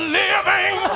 living